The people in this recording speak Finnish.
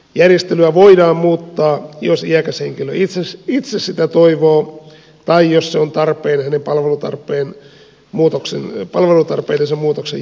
järjestelyä voidaan muuttaa jos iäkäs henkilö itse sitä toivoo tai jos se on tarpeen hänen palvelutarpeidensa muutoksen johdosta